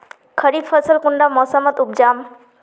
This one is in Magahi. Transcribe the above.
खरीफ फसल कुंडा मोसमोत उपजाम?